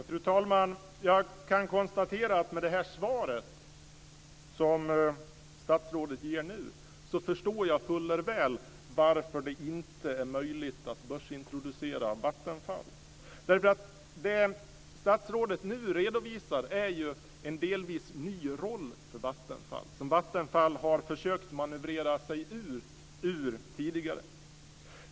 Fru talman! Genom det svar som statsrådet ger nu förstår jag fuller väl varför det inte är möjligt att börsintroducera Vattenfall. Nu redovisar statsrådet en delvis ny roll för Vattenfall som man har försökt att manövrera sig ut ur tidigare.